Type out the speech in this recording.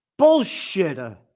Bullshitter